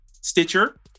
Stitcher